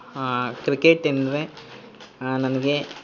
ಹಾಂ ಕ್ರಿಕೆಟ್ ಎಂದರೆ ನನಗೆ